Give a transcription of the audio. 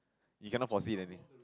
you cannot forsee anything